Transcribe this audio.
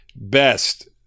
best